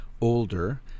older